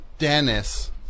Dennis